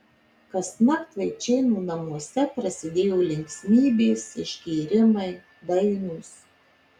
kasnakt vaičėnų namuose prasidėjo linksmybės išgėrimai dainos